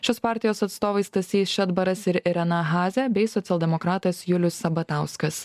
šios partijos atstovai stasys šedbaras ir irena hazė bei socialdemokratas julius sabatauskas